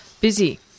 busy